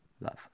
love